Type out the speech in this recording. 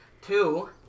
Two